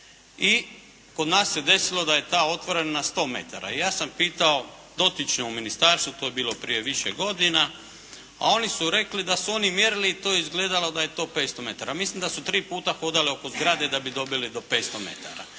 I kod nas se desilo da je ta otvorena na sto metara. I ja sam pitao dotične u ministarstvu, to je bilo prije više godina, a oni su rekli da su oni mjerili i to je izgledalo da je to 500 metara. Mislim da su tri puta hodali oko zgrade da bi dobili do 500 metara.